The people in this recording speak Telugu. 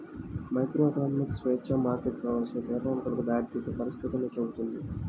మైక్రోఎకనామిక్స్ స్వేచ్ఛా మార్కెట్లు కావాల్సిన కేటాయింపులకు దారితీసే పరిస్థితులను చూపుతుంది